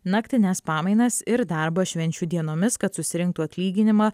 naktines pamainas ir darbą švenčių dienomis kad susirinktų atlyginimą